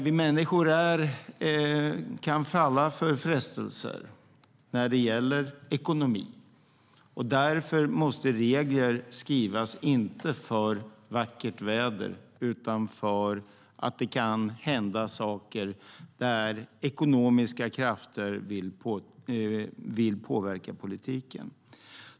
Vi människor kan falla för frestelser när det gäller ekonomi. Därför måste regler skrivas, inte för vackert väder utan för att det kan hända att ekonomiska krafter vill påverka politiken.